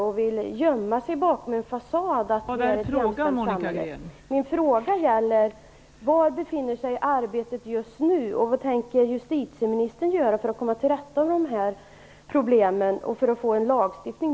Man vill gömma sig bakom en fasad av ett jämställt samhälle.